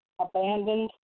abandoned